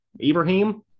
Ibrahim